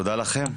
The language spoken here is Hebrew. תודה לכם.